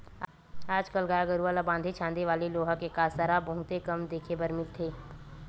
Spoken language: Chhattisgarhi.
आज कल गाय गरूवा ल बांधे छांदे वाले लोहा के कांसरा बहुते कम देखे बर मिलथे